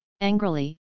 Angrily